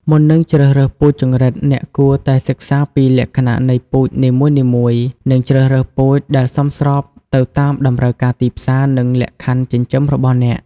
មុននឹងជ្រើសរើសពូជចង្រិត អ្នកគួរតែសិក្សាពីលក្ខណៈនៃពូជនីមួយៗ និងជ្រើសរើសពូជដែលសមស្របទៅតាមតម្រូវការទីផ្សារ និងលក្ខខណ្ឌចិញ្ចឹមរបស់អ្នក។